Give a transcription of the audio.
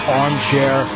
armchair